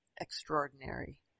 extraordinary